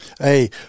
Hey